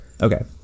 Okay